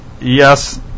yes